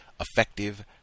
effective